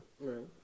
Right